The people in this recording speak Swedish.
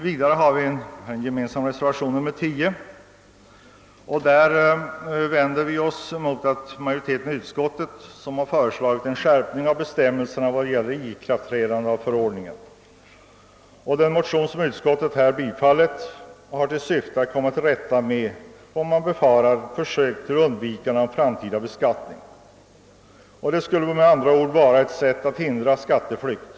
Vidare har vi borgerliga ledamöter avgivit en gemensam reservation, nr 10, i vilken vi vänder oss mot en sådan skärpning av bestämmelserna när det gäller ikraftträdandet av förordningen som utskottsmajoriteten föreslagit. Den motion som utskottet tillstyrkt har till syfte att komma till rätta med försök till undvikande av framtida beskattning. De föreslagna bestämmelserna skulle med andra ord hindra skatteflykt.